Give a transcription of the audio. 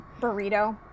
Burrito